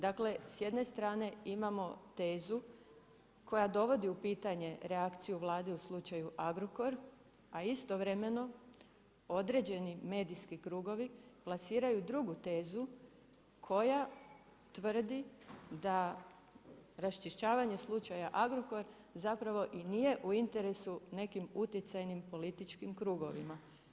Dakle, s jedne strane imamo tezu, koja dovodi u pitanje reakciju Vlade u slučaju Agrokor, a istovremeno, određeni medijski krugovi, plasiraju drugu tezu, koja tvrdi da raščišćavanje slučaja Agrokor, zapravo i nije u interesu nekim utjecajnim političkim krugovima.